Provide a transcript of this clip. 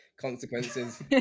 consequences